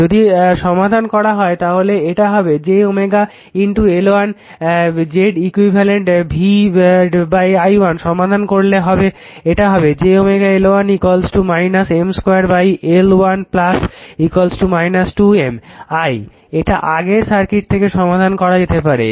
যদি সমাধান করা হয় তাহলে এটা হবে j L1 Z e q v i1 সমাধান করলে এটা হবে j L1 M 2 L1 2 M i এটা আগের সার্কিট থেকে সমাধান করা যেতে পারে